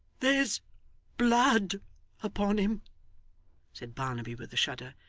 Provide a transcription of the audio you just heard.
there's blood upon him said barnaby with a shudder.